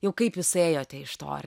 jau kaip jūs ėjote iš to ar